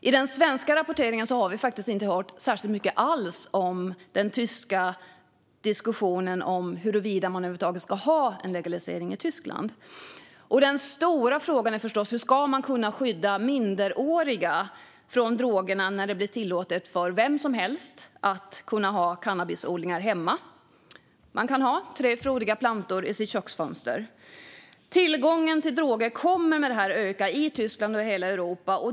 I den svenska rapporteringen har vi faktiskt inte hört särskilt mycket alls om den tyska diskussionen om huruvida man över huvud taget ska ha en legalisering i Tyskland. Den stora frågan är förstås hur man ska kunna skydda minderåriga från drogerna när det blir tillåtet för vem som helst att ha cannabisodlingar hemma. Man kan ha tre frodiga plantor i sitt köksfönster. Tillgången till droger kommer i och med detta att öka i Tyskland och i hela Europa.